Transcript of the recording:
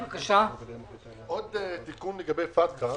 עוד תיקון לגבי פטקא.